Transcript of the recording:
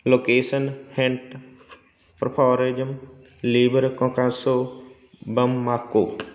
location hint ਪਰਫੋਰਿਜਮ labour ਕੰਮਾਸੋ ਬਮ ਮਾਕੋ